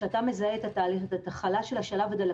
כשאתה מזהה את החלה של השלב הזה,